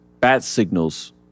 Bat-signals